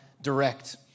direct